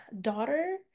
daughter